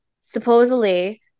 supposedly